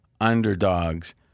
underdogs